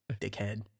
Dickhead